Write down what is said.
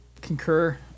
concur